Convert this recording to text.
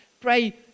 pray